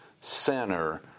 center